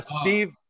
steve